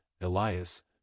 Elias